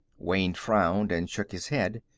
wayne frowned and shook his head.